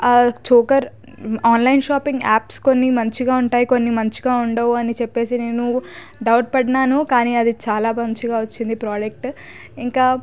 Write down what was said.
choker online shopping apps కొన్ని మంచిగా ఉంటాయి కొన్ని మంచిగా ఉండవు అని చెప్పేసి నేను డౌట్ పడినాను చాలా మంచిగా వచ్చింది ప్రోడక్ట్ ఇంకా